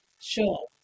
Sure